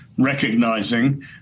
recognizing